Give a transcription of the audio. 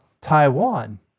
taiwan